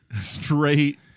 Straight